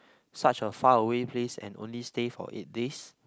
such a far away place and only stay for eight days